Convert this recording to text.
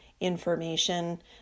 information